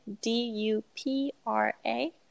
D-U-P-R-A